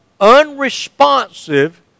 unresponsive